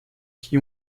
qui